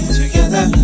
together